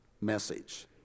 message